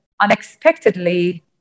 unexpectedly